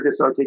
disarticulation